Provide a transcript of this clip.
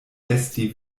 esti